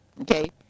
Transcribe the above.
Okay